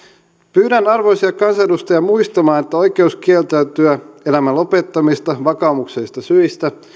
pyydän arvoisia kansanedustajia muistamaan että oikeus kieltäytyä elämän lopettamisesta vakaumuksellisista syistä